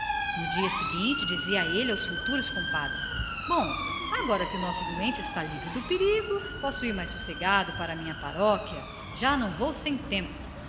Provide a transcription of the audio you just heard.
no dia seguinte dizia o velhaco ao futuro compadre bom agora que o nosso homem está livre de perigo posso ir mais sossegado para a minha paróquia já não vou sem tempo